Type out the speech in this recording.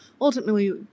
ultimately